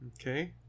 okay